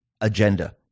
agenda